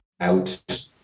out